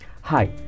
Hi